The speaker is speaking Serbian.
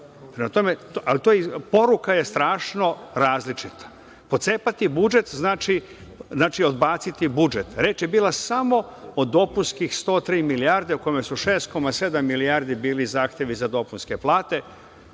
Ali, poruka je strašno različita. Pocepati budžet znači odbaciti budžet. Reč je bila samo o dopunskih 103 milijarde u kome su 6,7 milijardi bili zahtevi za dopunske plate.